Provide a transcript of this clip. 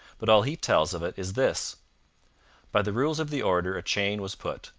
but all he tells of it is this by the rules of the order a chain was put,